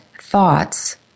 thoughts